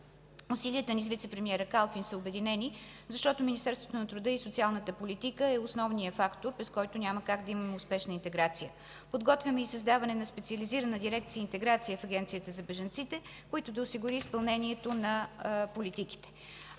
Усилията ни с вицепремиера Калфин са обединени, защото Министерството на труда и социалната политика е основният фактор, без който няма как да имаме успешна интеграция. Подготвяме и създаване на специализирана дирекция „Интеграция” в Агенцията за бежанците, която да осигури изпълнението на политиките.